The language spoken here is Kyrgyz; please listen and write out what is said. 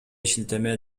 шилтеме